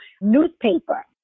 newspaper